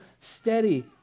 steady